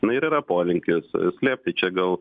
na ir yra polinkis slėpti čia gal